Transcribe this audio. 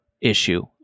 issue